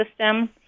system